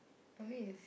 I mean it's